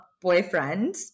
boyfriend